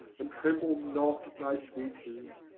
and tremble not at my speeches!